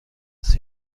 است